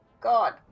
god